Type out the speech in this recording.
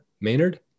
Maynard